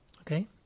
okay